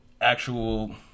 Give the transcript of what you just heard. actual